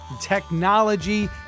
technology